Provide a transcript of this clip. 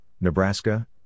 Nebraska